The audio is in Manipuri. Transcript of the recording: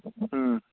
ꯎꯝ